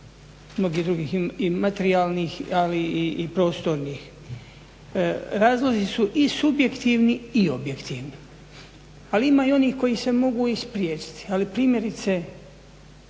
mnogih drugih i materijalnih ali i prostornih. Razlozi su i subjektivni i objektivni. Ali ima i onih koji se mogu i spriječiti. Ali primjerice